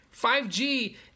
5g